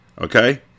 Okay